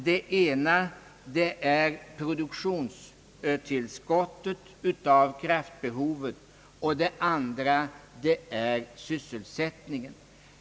Det ena är produktionstillskottet av elkraft, och det andra är sysselsättningen.